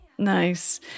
Nice